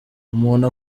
umuntu